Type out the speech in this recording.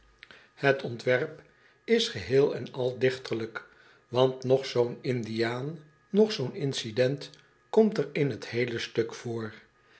het ontwerp is geheel en al dichterlijk want noch zoo'n indiaan noch zoo'n incident komt er in t heele stuk voor